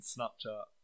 Snapchat